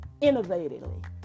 innovatively